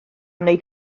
wneud